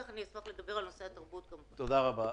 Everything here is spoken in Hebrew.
תודה רבה.